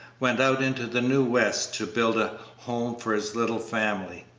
went out into the new west to build a home for his little family.